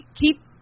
keep